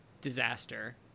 disaster